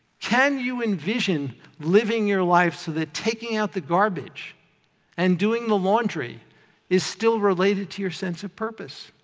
can you envision living your life so that taking out the garbage and doing the laundry is still related to your sense of purpose?